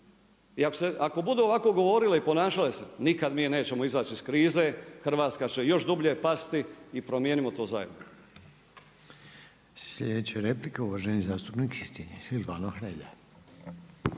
i ako budu ovako govorile i ponašale se, nikada mi nećemo izaći iz krize, Hrvatska će još dublje pasti i promijenimo to zajedno.